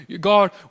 God